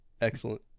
Excellent